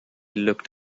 looked